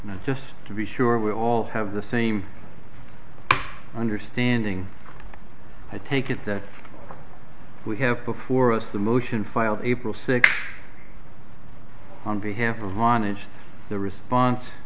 and just to be sure we all have the same understanding i take it that we have before us the motion filed april sixth on behalf of linage the response